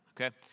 Okay